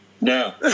No